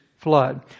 flood